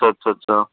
अच्छा अच्छा